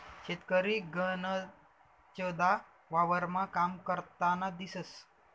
शेतकरी गनचदा वावरमा काम करतान दिसंस